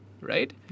Right